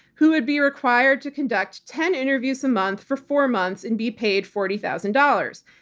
who would be required to conduct ten interviews a month for four months and be paid forty thousand dollars.